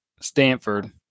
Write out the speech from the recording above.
Stanford